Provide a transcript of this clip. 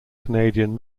canadian